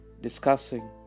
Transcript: discussing